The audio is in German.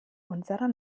unserer